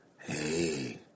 Hey